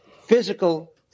physical